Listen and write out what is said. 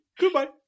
Goodbye